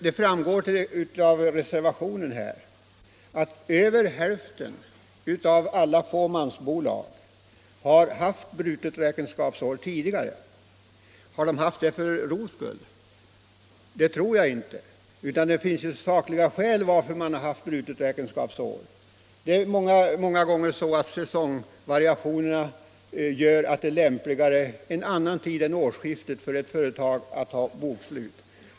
Det framgår av reservationen 2 i detta betänkande att över hälften av alla fåmansbolag tidigare har haft brutet räkenskapsår. Har de då haft det för ro skull? Det tror jag inte. Det finns sakliga skäl till att man haft brutet räkenskapsår. Många gånger föranleder säsongvariationerna att det är lämpligare för ett företag att ha bokslut en annan tid än just vid årsskiftet.